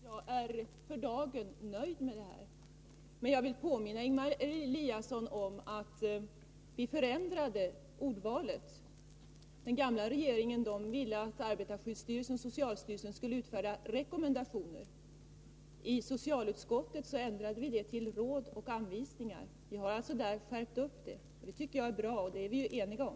Herr talman! Jag har sagt att jag för dagen är nöjd. Men jag vill påminna Ingemar Eliasson om att vi förändrade ordvalet. Den gamla regeringen ville att arbetarskyddsstyrelsen och socialstyrelsen skulle utfärda rekommendationer. I socialutskottet ändrade vi det till råd och anvisningar. Vi har alltså gjort en skärpning. Det tycker jag är bra, och det är vi ju eniga om.